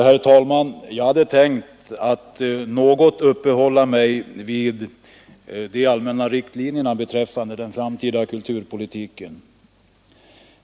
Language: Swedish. Herr talman! Jag hade tänkt att något uppehålla mig vid de allmänna riklinjerna för den framtida kulturpolitiken.